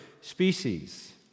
species